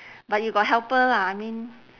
but you got helper lah I mean